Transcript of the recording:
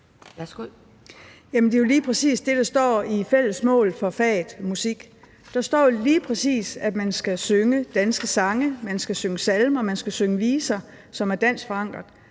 Det er jo lige præcis det, der står i »Fælles mål for faget musik«. Der står lige præcis, at man skal synge danske sange, at man skal synge salmer, og at man skal synge viser, som er dansk forankret.